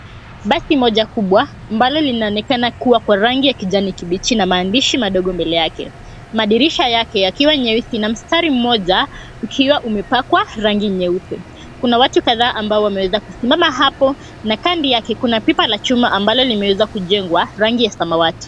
Basi moja kubwa ambayo inaonekana kuwa kwa rangi ya kijani kibichi na maandishi madogo mbele yake, madirisha yake yakiwa nyeusi yakiwa na mstari mmoja ukiwa umepakwa rangi nyeupe. Kuna watu kadhaa ambao wameweza kusimama hapo na kando yake kuna pipa la chuma amabalo limeweza kujengwa rangi ya samawati.